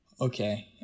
Okay